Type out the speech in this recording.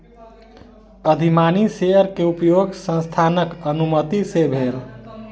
अधिमानी शेयर के उपयोग संस्थानक अनुमति सॅ भेल